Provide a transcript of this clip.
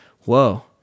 whoa